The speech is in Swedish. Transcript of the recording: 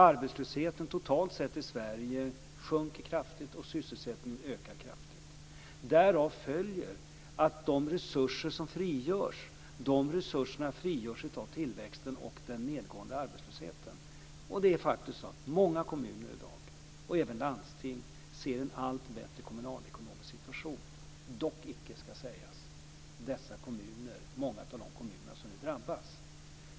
Arbetslösheten totalt i Sverige sjunker kraftigt och sysselsättningen ökar kraftigt. Därav följer att de resurser som frigörs just frigörs genom tillväxten och den nedgående arbetslösheten. Det är faktiskt så att många kommuner, och även landsting, i dag ser en allt bättre kommunalekonomisk situation - dock icke många av de kommuner som nu drabbas.